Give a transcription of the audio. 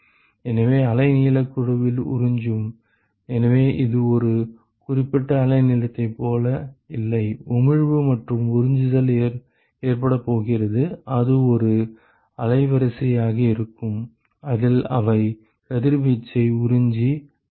எனவே அலைநீளக் குழுவில் உறிஞ்சும் எனவே இது ஒரு குறிப்பிட்ட அலைநீளத்தைப் போல இல்லை உமிழ்வு மற்றும் உறிஞ்சுதல் ஏற்படப் போகிறது அது ஒரு அலைவரிசையாக இருக்கும் அதில் அவை கதிர்வீச்சை உறிஞ்சி வெளியிடப் போகின்றன